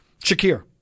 Shakir